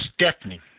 Stephanie